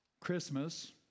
Christmas